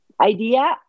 idea